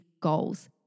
goals